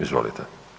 Izvolite.